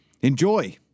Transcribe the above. Enjoy